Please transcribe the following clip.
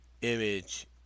Image